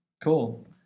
Cool